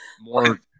more